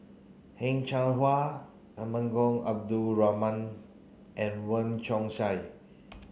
Heng Cheng Hwa Temenggong Abdul Rahman and Wong Chong Sai